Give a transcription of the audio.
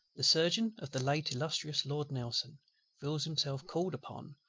the surgeon of the late illustrious lord nelson feels himself called upon,